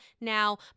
now